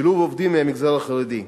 שילוב עובדים מהמגזר החרדי.